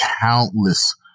countless